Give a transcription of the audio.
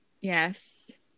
yes